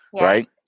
Right